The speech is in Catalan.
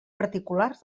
particulars